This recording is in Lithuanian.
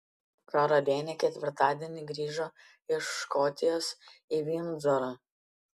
karalienė ketvirtadienį grįžo iš škotijos į vindzorą